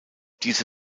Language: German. diese